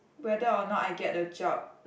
whether or not I get the job